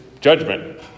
judgment